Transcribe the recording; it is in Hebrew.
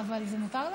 אבל זה מותר להם?